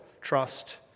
trust